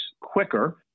quicker